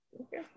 okay